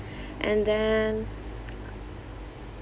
and then